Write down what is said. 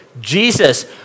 Jesus